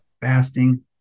fasting